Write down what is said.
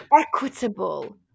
equitable